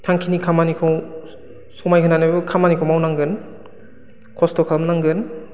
थांखिनि खामानिखौ समाय होनानैब्लाबो खामानिखौ मावनांगोन खस्थ' खालामनांगोन